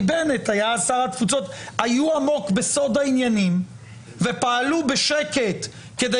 בנט היה אז שר התפוצות היו עמוק בסוד העניינים ופעלו בשקט כדי